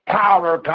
power